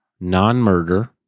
Non-murder